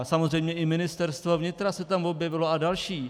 Samozřejmě i Ministerstvo vnitra se tam objevilo a další.